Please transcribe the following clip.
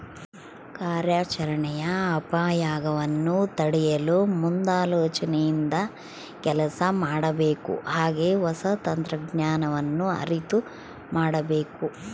ಕಾರ್ಯಾಚರಣೆಯ ಅಪಾಯಗವನ್ನು ತಡೆಯಲು ಮುಂದಾಲೋಚನೆಯಿಂದ ಕೆಲಸ ಮಾಡಬೇಕು ಹಾಗೆ ಹೊಸ ತಂತ್ರಜ್ಞಾನವನ್ನು ಅರಿತು ಮಾಡಬೇಕು